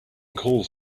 calls